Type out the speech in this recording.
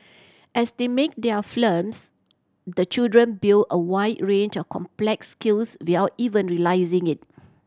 as they make their films the children build a wide range of complex skills without even realising it